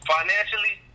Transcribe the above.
Financially